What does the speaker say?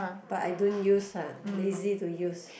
but I don't use uh lazy to use